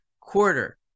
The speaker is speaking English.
quarter